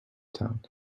town